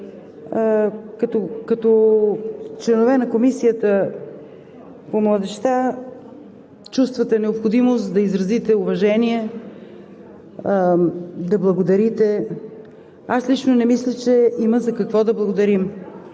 като членове на Комисията чувствате необходимост да изразите уважение, да благодарите. Аз лично не мисля, че има за какво да благодарим.